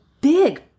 big